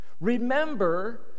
Remember